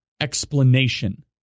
explanation